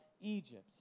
Egypt